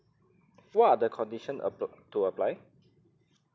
what are the condition a~ to apply